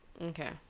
Okay